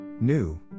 New